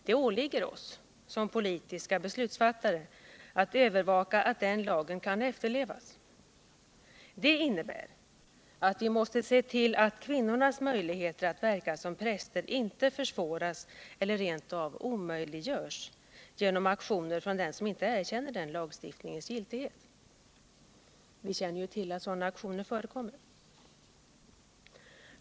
Det åligger oss som politiska beslutsfattare att övervaka att lagen kan efterlevas. Det innebär att vi måste se tull att kvinnornas möjligheter att verka som präster inte försvåras eller rent av omöjliggörs genom aktioner från dem som inte erkänner den lagstiftningens giltighet. Vi känner till att sådana aktioner förekommer.